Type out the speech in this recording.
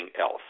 else